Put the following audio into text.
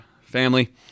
family